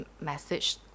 message